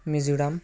Mizoram